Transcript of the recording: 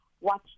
Watch